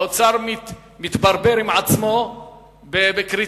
האוצר מתברבר עם עצמו בקריטריונים